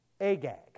Agag